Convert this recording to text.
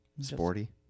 Sporty